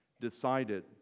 decided